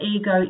ego